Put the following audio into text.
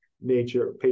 nature